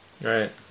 right